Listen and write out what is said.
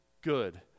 good